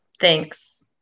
Thanks